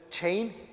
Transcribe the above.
chain